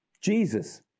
Jesus